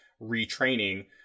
retraining